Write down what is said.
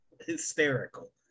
hysterical